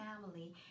family